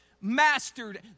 Mastered